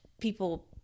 people